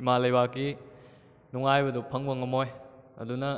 ꯏꯃꯥꯂꯩꯕꯥꯛꯀꯤ ꯅꯨꯡꯉꯥꯏꯕꯗꯨ ꯐꯪꯕ ꯉꯝꯃꯣꯏ ꯑꯗꯨꯅ